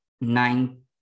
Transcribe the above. nine